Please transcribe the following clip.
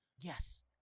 Yes